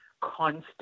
constant